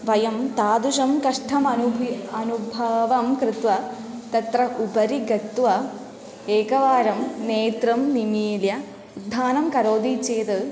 वयं तादृशं कष्ठम् अनुभूयते अनुभावं कृत्वा तत्र उपरि गत्वा एकवारं नेत्रं निमील्य उद्धानं करोति चेद्